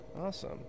Awesome